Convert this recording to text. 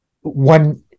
one